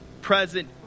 present